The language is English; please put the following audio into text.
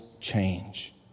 change